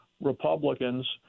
Republicans